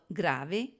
grave